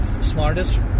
Smartest